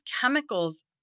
chemicals